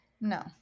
No